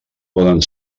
poden